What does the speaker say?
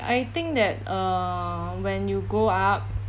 I think that uh when you grow up